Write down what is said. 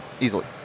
Easily